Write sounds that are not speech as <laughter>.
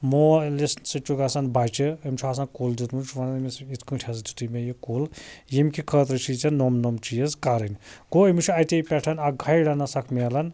<unintelligible> سۭتۍ چھُ گژھان بَچہٕ أمۍ چھُ آسان کُل دیٛوتمُت یہِ چھُ وَنان أمِس یِتھۍ کٲٹھۍ حظ دیٛوتُے مےٚ یہِ کُل ییٚمہِ کہِ خٲطرٕ چھِی ژےٚ نوٚم نوٚم چیٖز کَرٕنۍ گوٚو أمِس چھِ اَتیٚے پٮ۪ٹھ اکھ گایڈیٚنٕس اکھ میلان